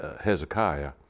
Hezekiah